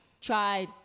try